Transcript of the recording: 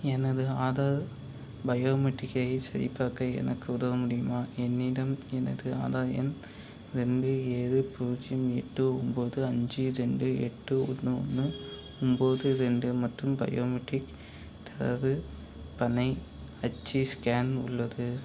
எனது ஆதார் பயோமெட்ரிக்கை சரிபார்க்க எனக்கு உதவ முடியுமா என்னிடம் எனது ஆதார் எண் ரெண்டு ஏழு பூஜ்ஜியம் எட்டு ஒம்பது அஞ்சு ரெண்டு எட்டு ஒன்று ஒன்று ஒம்பது ரெண்டு மற்றும் பயோமெட்ரிக் தரவு பனை அச்சு ஸ்கேன் உள்ளது